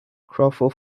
crawford